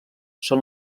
són